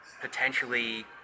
potentially